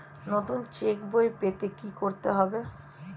নতুন চেক বই পেতে কী করতে হবে?